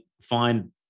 find